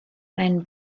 einen